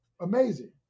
amazing